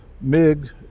MiG